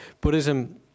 Buddhism